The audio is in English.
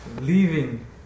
leaving